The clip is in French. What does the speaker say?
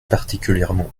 particulièrement